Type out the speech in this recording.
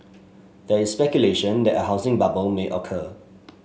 there is speculation that a housing bubble may occur